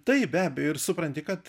taip be abejo ir supranti kad